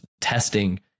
testing